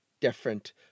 different